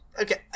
Okay